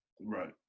Right